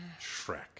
Shrek